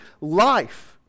life